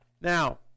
Now